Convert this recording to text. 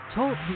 Talk